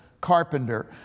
carpenter